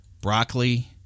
broccoli